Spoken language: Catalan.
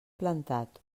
plantat